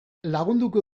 lagunduko